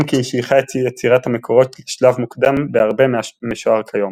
אם כי היא שייכה את יצירת המקורות לשלב מוקדם בהרבה מהמשוער כיום.